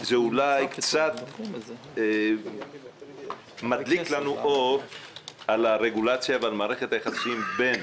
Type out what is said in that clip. זה אולי קצת מדליק לנו אור על הרגולציה ועל מערכת היחסים בין